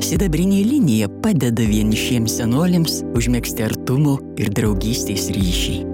sidabrinė linija padeda vienišiem senoliams užmegzti artumo ir draugystės ryšį